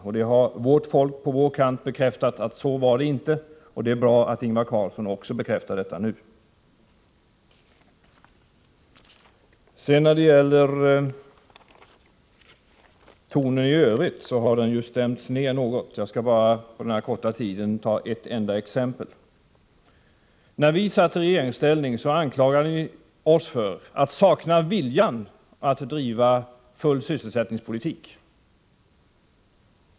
Folk på vår kant har bekräftat att så inte var fallet. Det är bra att Ingvar Carlsson också bekräftar det nu. Tonen i övrigt har stämts ner något. Jag skall under den korta tid som jag har till mitt förfogande ta bara ett enda exempel. När vi satt i regeringsställning anklagade ni socialdemokrater oss för att sakna viljan att driva en politik för full sysselsättning.